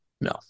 No